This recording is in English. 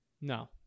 No